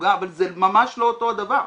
זה ממש לא אותו דבר.